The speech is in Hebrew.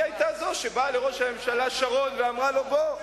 היא היתה זו שבאה לראש הממשלה שרון ואמרה לו: בוא,